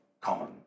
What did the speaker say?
common